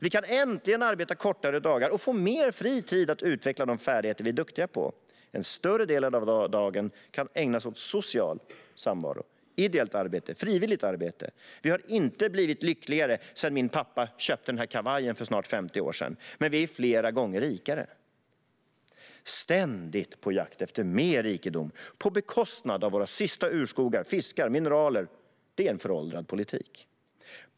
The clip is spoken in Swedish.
Vi kan äntligen arbeta kortare dagar och få mer fri tid att utveckla våra färdigheter. En större del av dagen kan ägnas åt social samvaro och ideellt och frivilligt arbete. Vi har inte blivit lyckligare sedan min pappa köpte den här kavajen för snart 50 år sedan, men vi är flera gånger rikare och ständigt på jakt efter mer rikedom på bekostnad av våra sista urskogar, fiskar och mineraler. Det är en föråldrad politik.